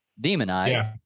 demonized